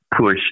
push